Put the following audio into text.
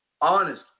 honest